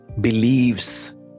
believes